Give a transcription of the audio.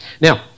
Now